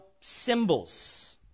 symbols